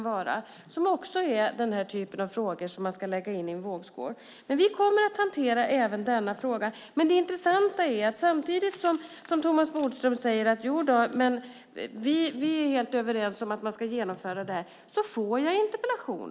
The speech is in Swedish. Det är också en typ av frågor som man ska lägga i vågskålen. Vi kommer att hantera även denna fråga. Samtidigt som Thomas Bodström säger att ni är helt överens om att man ska genomföra detta får jag frågor om det.